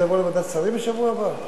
אם זה יבוא לוועדת שרים בשבוע הבא?